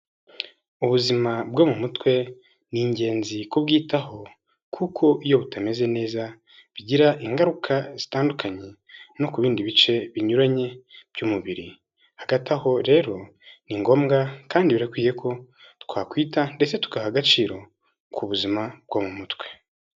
Ubuzima bwo mu mutwe ni ingenzi kubwitaho kuko iyo butameze neza bigira ingaruka zitandukanye no ku bindi bice binyuranye by'umubiri, hagati aho rero ni ngombwa kandi birakwiye ko twakwita ndetse tugaha agaciro ku buzima bwo mu mutwe.